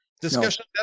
discussion